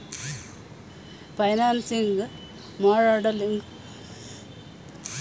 financing modelling ಅನ್ನೋದು ಒಂದು mathematical ಮಾಡಲಾಗಿದೆ